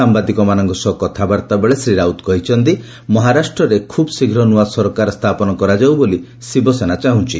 ସାମ୍ଘାଦିକମାନଙ୍କ ସହ କଥାବାର୍ତ୍ତା ବେଳେ ଶ୍ରୀ ରାଉତ କହିଛନ୍ତି ମହାରାଷ୍ଟ୍ରରେ ଖୁବ୍ ଶୀଘ୍ର ନୂଆ ସରକାର ସ୍ଥାପନ କରାଯାଉ ବୋଲି ଶିବସେନା ଚାହୁଁଛି